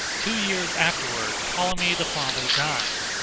two years afterward ptolemy the father died,